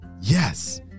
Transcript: Yes